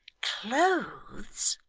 clothes!